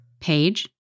Page